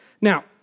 Now